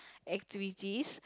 activities